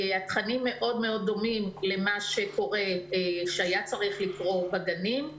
תכנים שמאוד דומים למה שקורה או שהיה צריך לקרות בגנים,